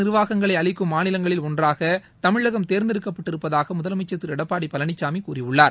நிர்வாகங்களை மாநிலங்களில் நாட்டில் சிறந்த ஒன்றாக தமிழகம் தேர்ந்தெடுக்கப்பட்டிருப்பதாக முதலமைச்சர் திரு எடப்பாடி பழனிசாமி கூறியுள்ளார்